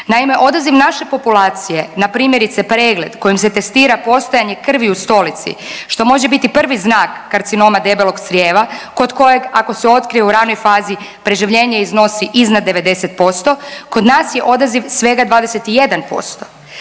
Naime, odaziv naše populacije na primjerice pregled kojim se testira postojanje krvi u stolici, što može biti prvi znak karcinoma debelog crijeva kod kojeg ako se otkrije u ranoj fazi preživljenje iznosi iznad 90%, kod nas je odaziv svega 21%,